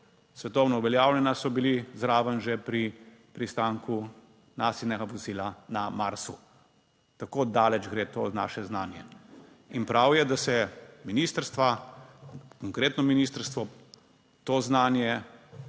svetovno uveljavljena, so bili zraven že pri pristanku Nasinega vozila na Marsu, tako daleč gre to naše znanje. In prav je, da se ministrstva, konkretno ministrstvo to znanje